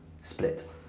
split